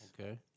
Okay